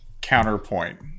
counterpoint